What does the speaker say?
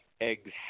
eggs